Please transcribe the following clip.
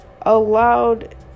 allowed